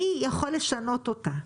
מי יכול לשנות אותה?